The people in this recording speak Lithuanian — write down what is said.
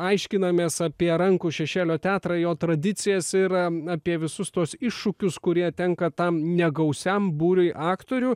aiškinamės apie rankų šešėlio teatrą jo tradicijas ir apie visus tuos iššūkius kurie tenka tam negausiam būriui aktorių